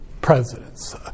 presidents